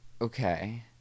Okay